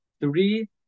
three